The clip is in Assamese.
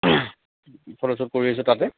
ফটোশ্বুট কৰি আহিছোঁ তাতে